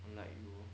unlike you